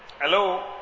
Hello